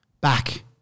back